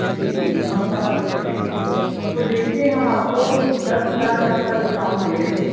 جی جی جی ہم سمجھ سکتے ہیں تو دیکھیے ہم آپ کو دس ہزار تک کا ڈسکاؤنٹ دے دیں گے